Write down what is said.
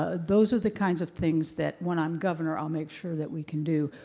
ah those are the kinds of things that when i'm governor, i'll make sure that we can do.